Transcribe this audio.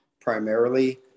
primarily